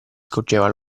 scorgeva